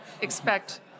expect